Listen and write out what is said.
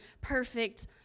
perfect